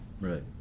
Right